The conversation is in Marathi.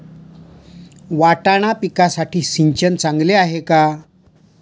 वाटाणा पिकासाठी सिंचन चांगले आहे का?